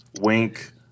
Wink